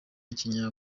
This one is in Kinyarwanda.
kenya